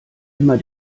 immer